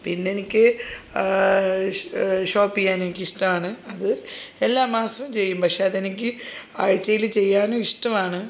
പിന്നെ എനിക്ക് ഇഷ് ഷോപ്പ് ചെയ്യാൻ എനിക്കിഷ്ടമാണ് അത് എല്ലാ മാസവും ചെയ്യും പക്ഷേ അതെനിക്ക് ആഴ്ചയിൽ ചെയ്യാനും ഇഷ്ടമാണ്